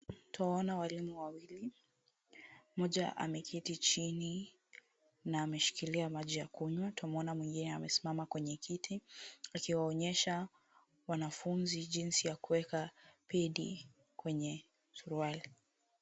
Tunaona walimu wawili. Mmoja ameketi chini na ameshikilia maji ya kunywa. Tumeona mwingine amesimama kwenye kiti akiwaonyesha wanafunzi jinsi ya kuweka pedi kwenye suruali.